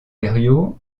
herriot